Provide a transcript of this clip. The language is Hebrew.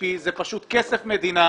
ה-PPP זה פשוט כסף מדינה,